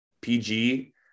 PG